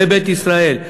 בבית-ישראל,